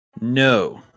no